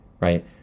right